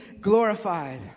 glorified